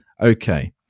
okay